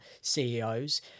CEOs